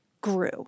grew